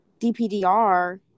dpdr